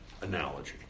analogy